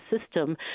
system